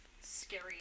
scary